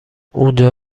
اونجا